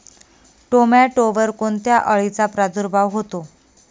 टोमॅटोवर कोणत्या अळीचा प्रादुर्भाव होतो?